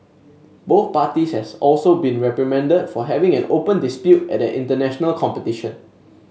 both parties has also been reprimanded for having an open dispute at an international competition